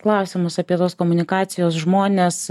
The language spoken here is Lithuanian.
klausimus apie tuos komunikacijos žmones